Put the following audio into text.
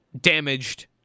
damaged